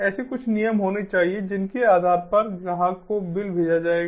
ऐसे कुछ नियम होने चाहिए जिनके आधार पर ग्राहक को बिल भेजा जाएगा